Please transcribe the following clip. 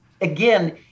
again